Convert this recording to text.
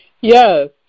Yes